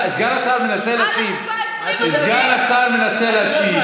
סגן השר מנסה להשיב.